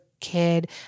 kid